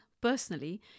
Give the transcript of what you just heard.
personally